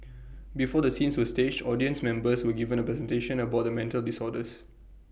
before the scenes were staged audience members were given A presentation about the mental disorders